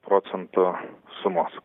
procentų sumos